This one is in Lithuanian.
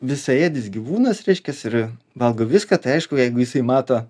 visaėdis gyvūnas reiškias ir valgo viską tai aišku jeigu jisai mato